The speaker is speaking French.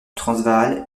transvaal